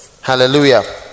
hallelujah